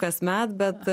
kasmet bet